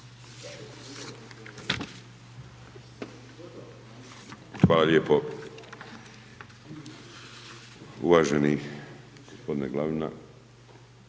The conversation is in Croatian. Hvala lijepo. Uvaženi gospodine Glavina,